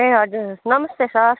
ए हजुर नमस्ते सर